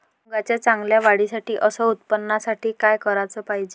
मुंगाच्या चांगल्या वाढीसाठी अस उत्पन्नासाठी का कराच पायजे?